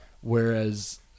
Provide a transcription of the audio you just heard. Whereas